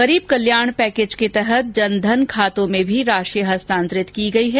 गरीब कल्याण पैकेज के तहत जनधन खातों में राशि हस्तांतरित की गई है